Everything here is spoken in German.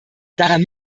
daran